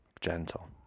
gentle